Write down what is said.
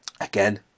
again